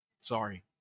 Sorry